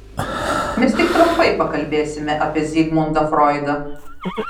mes tik trumpai pakalbėsime apie zigmundą froidą